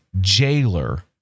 jailer